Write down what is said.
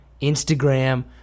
Instagram